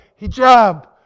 hijab